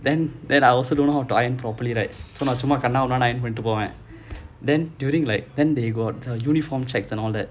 then then I also don't know how to iron properly right so சும்மா கண்ணா பின்னான்னு பண்ணிட்டு போவேன்:summaa kannaa pinnaannu pannittu povaen then during like then they got the uniform checks and all that